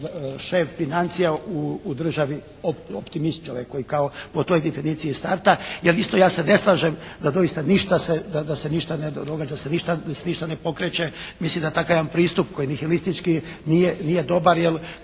šef financija u državi optimist čovjek koji kao po toj definiciji starta, jer isto ja se ne slažem da doista ništa se ne događa, da se ništa ne pokreće, mislim da takav jedan pristup koji je … nije dobar jer